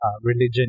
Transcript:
religion